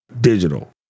digital